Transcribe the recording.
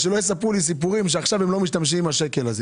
אז שלא יספרו שלא משתמשים בשקל הזה.